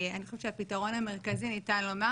אני חושבת שהפתרון המרכזי ניתן לומר,